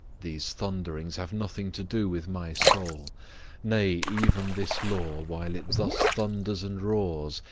these thunderings have nothing to do with my soul nay, even this law, while it thus thunders and roars,